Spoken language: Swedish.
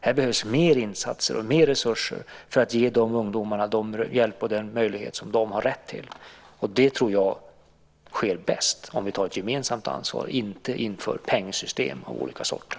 Här behövs mer insatser och mer resurser för att ge de ungdomarna den hjälp och den möjlighet som de har rätt till. Det tror jag sker bäst om vi tar ett gemensamt ansvar och inte inför pengsystem av olika sorter.